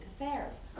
affairs